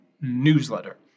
newsletter